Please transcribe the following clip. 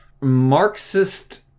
Marxist